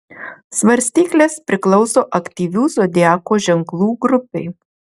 svarstyklės priklauso aktyvių zodiako ženklų grupei